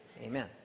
amen